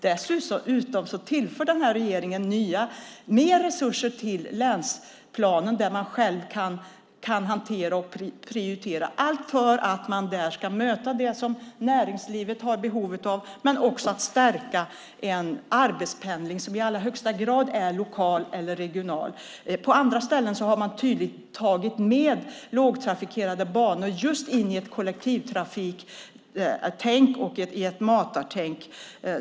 Dessutom tillför regeringen mer resurser till länsplanen som länen själva kan hantera och prioritera, allt för att där kunna möta det som näringslivet har behov av men också för att stärka en arbetspendling som i allra högsta grad är lokal eller regional. På andra ställen har man tydligt tagit med lågtrafikerade banor i ett kollektivtrafiktänk och ett matartänk.